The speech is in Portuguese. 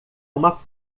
uma